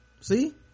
See